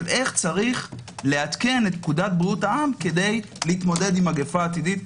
של איך צריך לעדכן את פקודת בריאות העם כדי להתמודד עם מגפה עתידית.